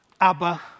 Abba